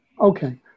okay